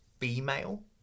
female